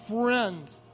friend